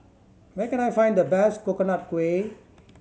where can I find the best Coconut Kuih